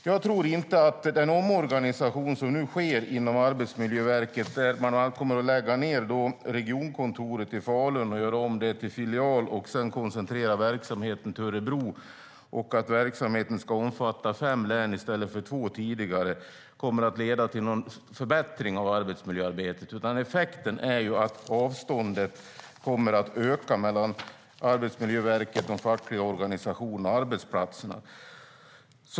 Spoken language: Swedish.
Jag tror inte att den omorganisation som nu sker inom Arbetsmiljöverket - alltså att man kommer att lägga ned regionkontoret i Falun och göra om det till filial samt koncentrera verksamheten till Örebro och låta den omfatta fem län i stället för som tidigare två - kommer att leda till någon förbättring av arbetsmiljöarbetet. Effekten är i stället att avståndet kommer att öka mellan Arbetsmiljöverket, de fackliga organisationerna och arbetsplatserna.